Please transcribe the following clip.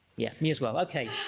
yeah me as well okay